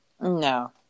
No